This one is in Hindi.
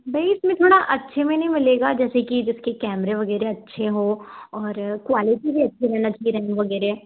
भैया इसमें थोड़ा अच्छे मैं नहीं मिलेगा जैसे कि जिसके कैमरे वगैरह अच्छे हों और क्वालिटी भी अच्छी रहना चाहिए रंग वगैरह